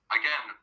again